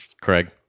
Craig